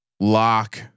Lock